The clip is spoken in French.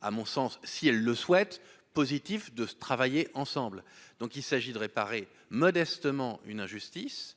à mon sens, si elle le souhaite, positif, de travailler ensemble, donc il s'agit de réparer modestement une injustice,